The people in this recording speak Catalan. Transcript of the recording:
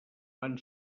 van